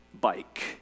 bike